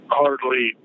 hardly